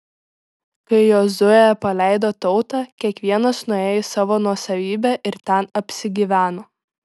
kai jozuė paleido tautą kiekvienas nuėjo į savo nuosavybę ir ten apsigyveno